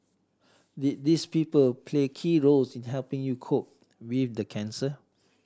did these people play key roles in helping you cope with the cancer